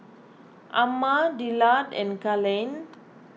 Amma Dillard and Kellen